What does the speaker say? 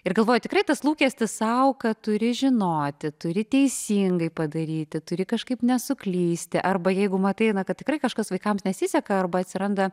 ir galvoju tikrai tas lūkestis sau kad turi žinoti turi teisingai padaryti turi kažkaip nesuklysti arba jeigu matai na kad tikrai kažkas vaikams nesiseka arba atsiranda